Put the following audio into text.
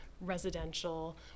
residential